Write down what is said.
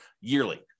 yearly